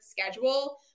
schedule